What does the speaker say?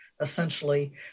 essentially